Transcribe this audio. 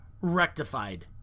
rectified